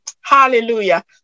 Hallelujah